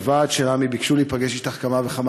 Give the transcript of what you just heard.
הוועד של עמ"י ביקשו להיפגש אתך כמה וכמה